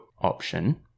option